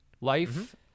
Life